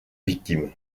victime